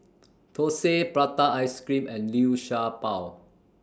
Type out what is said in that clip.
Thosai Prata Ice Cream and Liu Sha Bao